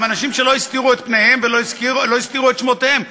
הם אנשים שלא הסתירו את פניהם ולא הסתירו את שמותיהם,